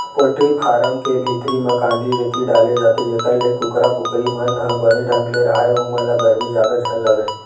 poultry farm के भीतरी म कांदी, रेती डाले जाथे जेखर ले कुकरा कुकरी मन ह बने ढंग ले राहय ओमन ल गरमी जादा झन लगय